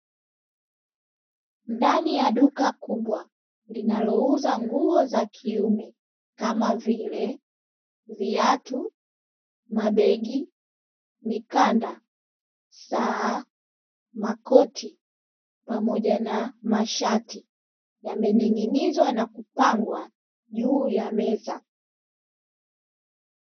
Ndani ya duka kubwa linalouza nguo za kiume kama vile, Viatu, Mabegi, Mikanda, Saa, Makoti pamoja na Mashati yamening'inizwa na kupangwa juu ya Meza.